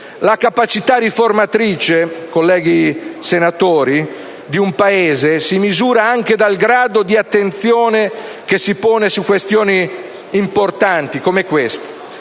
la capacità riformatrice di un Paese si misura anche dal grado di attenzione che si pone su questioni importanti come questa.